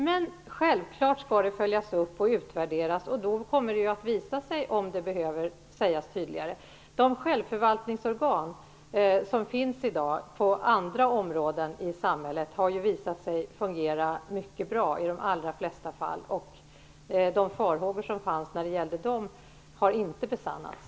Men självklart skall det följas upp och utvärderas, och då kommer det att visa sig om det behöver sägas tydligare. De självförvaltningsorgan som i dag finns på andra områden i samhället har visat sig fungera mycket bra i de allra flesta fall, och de farhågor som fanns när det gällde dem har inte besannats.